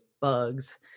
bugs